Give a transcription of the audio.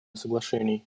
соглашений